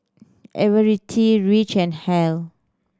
Everette Rich and Hal